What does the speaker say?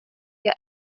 jag